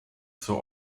zur